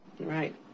Right